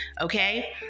okay